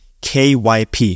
KYP